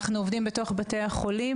אנחנו עובדים בתוך בתי החולים.